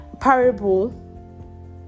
parable